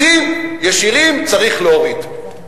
מסים ישירים צריך להוריד.